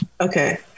Okay